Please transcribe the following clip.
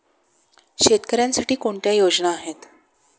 शेतकऱ्यांसाठी कोणत्या योजना आहेत?